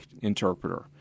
interpreter